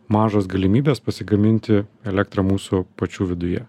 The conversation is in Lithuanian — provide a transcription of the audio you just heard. mažos galimybės pasigaminti elektrą mūsų pačių viduje